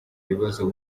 bibazo